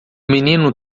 menino